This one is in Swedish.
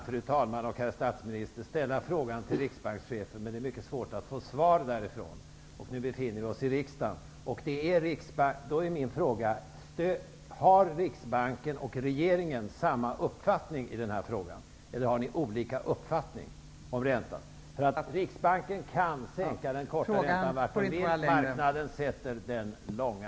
Fru talman! Jag skulle gärna ställa frågan till riksbankschefen, men det är mycket svårt att få svar därifrån. Nu befinner vi oss i riksdagen. Då är min fråga: Har Riksbanken och regeringen samma uppfattning i den här frågan, eller har ni olika uppfattningar om räntan? Riksbanken kan sänka den korta räntan, medan marknaden sätter den långa.